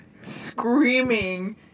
screaming